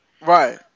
right